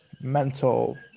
mental